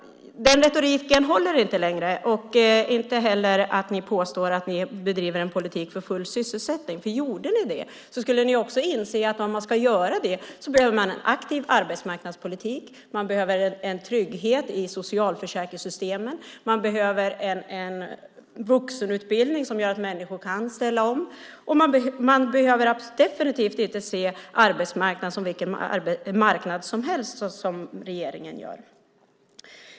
Den retoriken håller inte längre. Det håller inte heller när ni påstår att ni bedriver en politik för full sysselsättning. Om ni gjorde det skulle ni också inse att om man ska göra det behöver man en aktiv arbetsmarknadspolitik, en trygghet i socialförsäkringssystemen och en vuxenutbildning som gör att människor kan ställa om. Man bör definitivt inte se arbetsmarknaden som vilken marknad som helst, såsom regeringen gör.